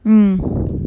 mm